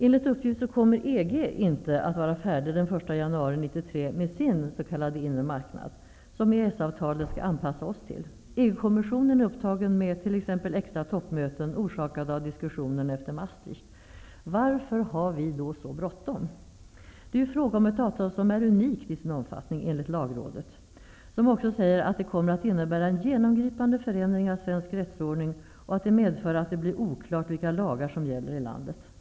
Enligt uppgift kommer EG inte att vara färdigt den 1 januari 1993 med sin ''inre marknad'' som EES-avtalet skall anpassa oss till. EG kommissionen är upptagen med bl.a. extra toppmöten, orsakade av diskussionerna efter Maastricht. Varför har vi då så bråttom? Det är ju fråga om ett avtal som är unikt i sin omfattning, enligt lagrådet, som också säger att det kommer att innebära en genomgripande förändring av svensk rättsordning och att det medför att det blir oklart vilka lagar som gäller i landet.